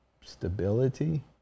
stability